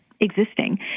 existing